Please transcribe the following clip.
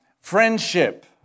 friendship